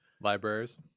libraries